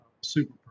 super